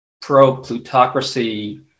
pro-plutocracy